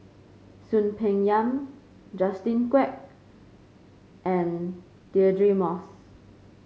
Soon Peng Yam Justin Quek and Deirdre Moss